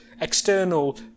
external